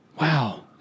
Wow